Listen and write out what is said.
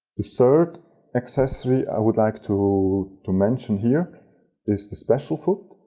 the third accessory i would like to to mention here is the special foot.